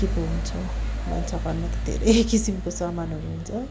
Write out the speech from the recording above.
के पो हुन्छ भान्साघरमा त धेरै किसिमको सामानहरू हुन्छ